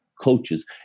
coaches